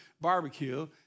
barbecue